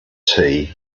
tea